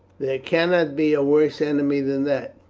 there cannot be a worse enemy than that.